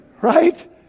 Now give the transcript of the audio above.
right